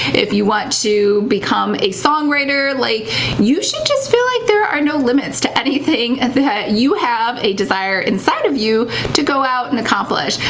if you want to become a songwriter, like you should just feel like there are no limits to anything and that you have a desire inside of you to go out and accomplish.